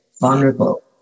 vulnerable